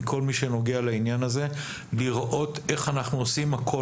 מכל מי שנוגע לעניין הזה לראות איך אנחנו עושים הכול